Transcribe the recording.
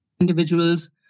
Individuals